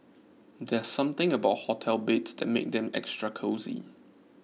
there's something about hotel beds that makes them extra cosy